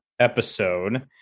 episode